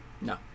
No